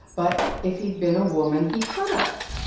but if he'd been a woman, he could have.